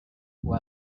who